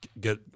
get